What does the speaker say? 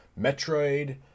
Metroid